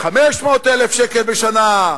500,000 שקל בשנה,